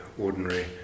ordinary